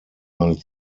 meine